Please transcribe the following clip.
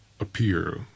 Appear